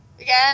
Again